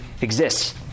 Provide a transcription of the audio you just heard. exists